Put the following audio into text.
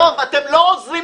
היה דיון --- מתי היה דיון?